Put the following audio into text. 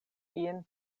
ien